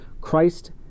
christ